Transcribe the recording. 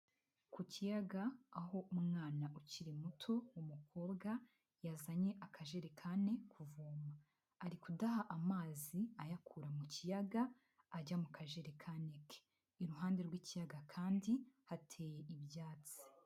Ku kiyaga aho umwana ukiri muto umukobwa yazanye akajerekani kuvoma, ari kudaha amazi ayakura mu kiyaga ajya mu kajerekanike iruhande rw'ikiyaga kandi hateye ibyatsi.